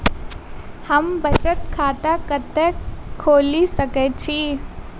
हम बचत खाता कतऽ खोलि सकै छी?